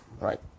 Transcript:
right